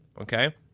Okay